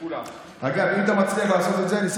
ולכן גם כשיבוא כבוד השר ויאמר לנו: אני אהפוך,